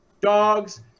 dogs